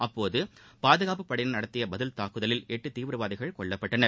அப்போது பாதுகாப்புப் படையினர் நடத்திய பதில் தாக்குதலில் எட்டு தீவிரவாதிகள் கொல்லப்பட்டனர்